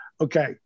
okay